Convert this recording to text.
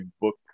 book